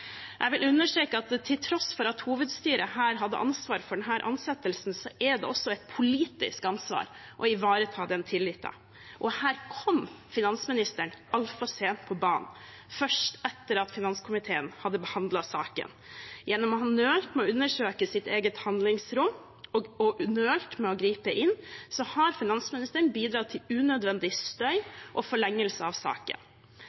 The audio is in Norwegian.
Jeg vil understreke at til tross for at hovedstyret her hadde ansvaret for denne ansettelsen, er det også et politisk ansvar å ivareta den tilliten, og her kom finansministeren altfor sent på banen – først etter at finanskomiteen hadde behandlet saken. Gjennom å ha nølt med å undersøke sitt eget handlingsrom og med å gripe inn har finansministeren bidratt til unødvendig